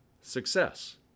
success